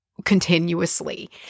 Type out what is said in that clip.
continuously